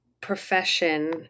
profession